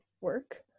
work